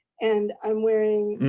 and i'm wearing